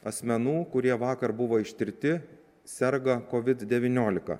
asmenų kurie vakar buvo ištirti serga covid devyniolika